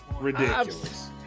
Ridiculous